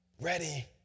ready